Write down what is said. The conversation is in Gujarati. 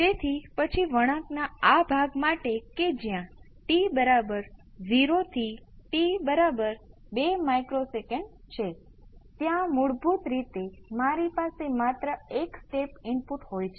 તેથી આ સમીકરણ Vp ભાગ્યા ડેલ્ટા× એક્સપોનેનશીયલ st કે જે ડેલ્ટા 1 RC છે